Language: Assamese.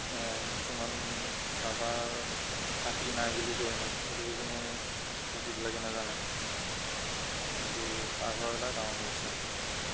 কিছুমান ছাৰ্ভাৰ থাকি নাই বুলি কয় ননে সেইটোটো কোনো বাকীবিলাকে নাজানে কিন্তু ছাৰ্ভাৰ এটাই ডাঙৰ সমস্যা